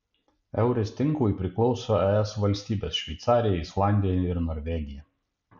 eures tinklui priklauso es valstybės šveicarija islandija ir norvegija